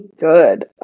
good